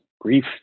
grief